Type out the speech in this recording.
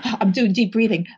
i'm doing deep breathing.